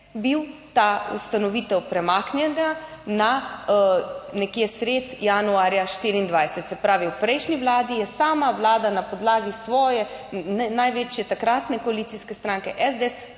bil ta ustanovitev premaknjena na nekje sredi januarja 2024. Se pravi v prejšnji vladi, je sama vlada na podlagi svoje največje takratne koalicijske stranke SDS